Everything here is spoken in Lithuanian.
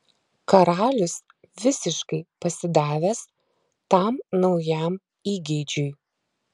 karalius visiškai pasidavęs tam naujam įgeidžiui